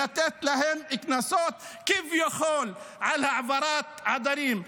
ובאים להתעלל בהם ולתת להם קנסות כביכול על העברת עדרים.